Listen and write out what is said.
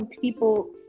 people